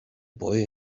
boy